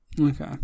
Okay